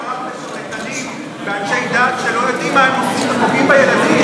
מדובר בשרלטנים ואנשי דת שלא יודעים מה הם עושים ופוגעים בילדים.